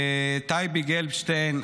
טייבי גלבשטיין,